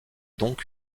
donc